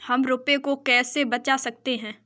हम रुपये को कैसे बचा सकते हैं?